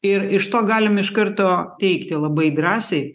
ir iš to galim iš karto teigti labai drąsiai